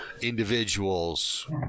individuals